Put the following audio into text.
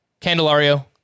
Candelario